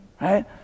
right